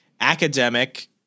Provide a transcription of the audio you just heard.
academic